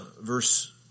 verse